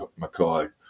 McKay